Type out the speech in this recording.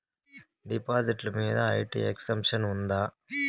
డిపాజిట్లు మీద IT exemption ఉందా?